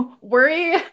worry